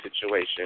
situation